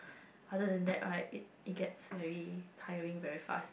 other than that right it it gets very tiring very fast